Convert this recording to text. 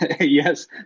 Yes